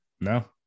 No